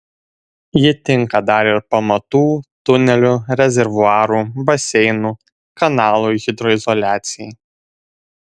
ji tinka dar ir pamatų tunelių rezervuarų baseinų kanalų hidroizoliacijai